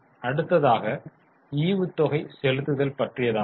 அடுத்ததாக ஈவுத்தொகை செலுத்துதல் பற்றியதாகும்